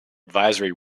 advisory